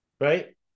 right